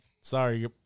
Sorry